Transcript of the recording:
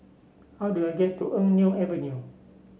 how do I get to Eng Neo Avenue